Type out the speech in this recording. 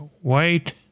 white